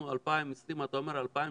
אנחנו 2020, אתה אומר ב-2030